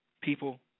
People